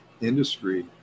industry